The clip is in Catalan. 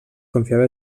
confiava